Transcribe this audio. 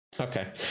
Okay